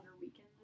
weekend